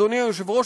אדוני היושב-ראש,